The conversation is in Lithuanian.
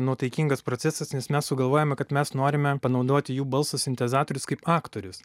nuotaikingas procesas nes mes sugalvojome kad mes norime panaudoti jų balso sintezatorius kaip aktorius